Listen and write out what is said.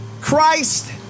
Christ